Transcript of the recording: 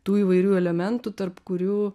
tų įvairių elementų tarp kurių